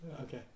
Okay